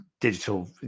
digital